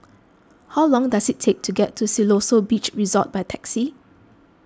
how long does it take to get to Siloso Beach Resort by taxi